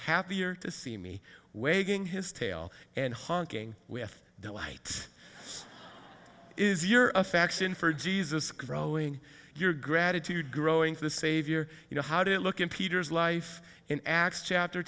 happier to see me waving his tail and honking with delight is your affection for jesus growing your gratitude growing to the savior you know how to look in peter's life in acts chapter